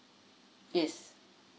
yes